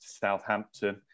Southampton